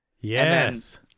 Yes